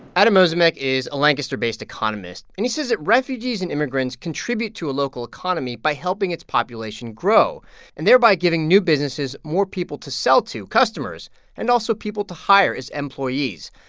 adam ozimek is a lancaster-based economist, and he says that refugees and immigrants contribute to a local economy by helping its population grow and thereby giving new businesses more people to sell to customers and also people to hire as employees.